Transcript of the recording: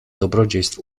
dobrodziejstw